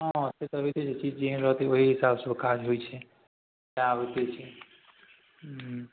हँ तऽ से सब होइते छै चीज जेहन रहतै ओही हिसाबसँ काज होइ छै सएह होइते छै